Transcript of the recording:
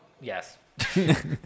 Yes